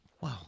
wow